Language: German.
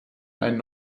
einen